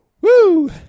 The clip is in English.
Woo